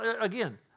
again